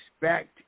expect